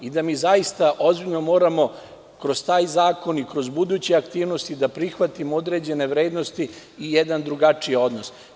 Mi zaista ozbiljno moramo kroz taj zakon i kroz buduće aktivnosti da prihvatimo određene vrednosti i jedan drugačiji odnos.